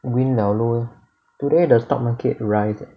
win liao lor today the stock market rise